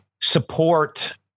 support